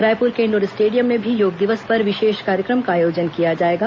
रायपुर के indoor stadium में भी योग दिवस पर विशेष कार्यक्रम का आयोजन किया जाएगा